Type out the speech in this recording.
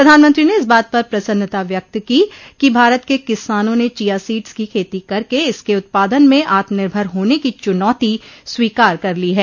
प्रधानमंत्री ने इस बात पर प्रसन्नता व्यक्त की कि भारत के किसानों ने चिया सीड़स की खेती करके इसके उत्पादन में आत्मनिर्भर होने की चुनौती स्वीकार कर ली है